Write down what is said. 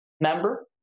member